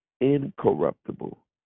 incorruptible